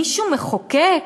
מישהו מחוקק?